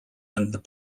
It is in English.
and